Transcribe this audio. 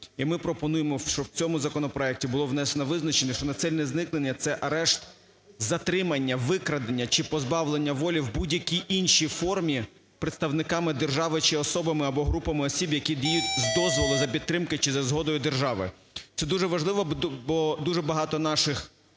І ми пропонуємо, щоб в цьому законопроекті було внесено визначення, що насильницьке зникнення – це арешт, затримання, викрадення чи позбавлення волі в будь-якій іншій формі представниками держави чи особами або групами осіб, які діють з дозволу, за підтримки чи за згодою держави. Це дуже важливо, бо дуже багато наших